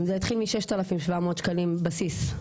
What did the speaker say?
זה התחיל מ-6,700 שקלים בסיס,